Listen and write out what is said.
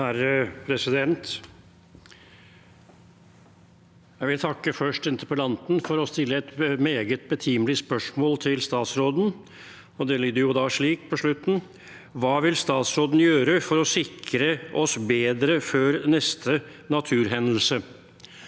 Jeg vil først takke in- terpellanten for å stille et meget betimelig spørsmål til statsråden. Det lyder slik på slutten: «Hva vil statsråden gjøre for å sikre oss bedre før neste naturhendelse?»